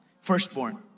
firstborn